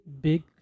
big